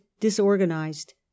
disorganized